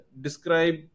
describe